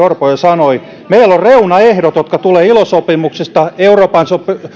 orpo jo sanoi meillä on reunaehdot jotka tulevat ilo sopimuksesta euroopan